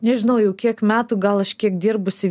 nežinau jau kiek metų gal aš kiek dirbusi